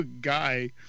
guy